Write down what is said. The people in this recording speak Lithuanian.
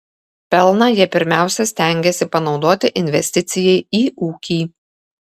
pelną jie pirmiausia stengiasi panaudoti investicijai į ūkį